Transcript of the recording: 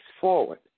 forward